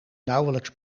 nauwelijks